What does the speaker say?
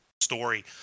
story